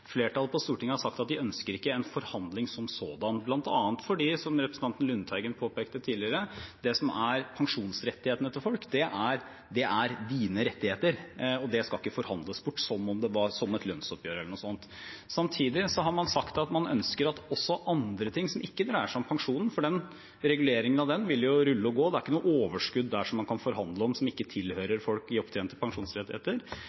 flertallet på Stortinget har sagt at de ikke ønsker en forhandling som sådan, bl.a. fordi, som representanten Lundteigen påpekte tidligere, det som er pensjonsrettighetene til folk, det er dine rettigheter, og det skal ikke forhandles bort som et lønnsoppgjør eller noe sånt. Samtidig har man sagt at man ønsker at også andre ting som ikke dreier seg om pensjonen – for reguleringen av den vil jo rulle og gå, det er ikke noe overskudd der som man kan forhandle om som ikke